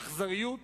אכזריות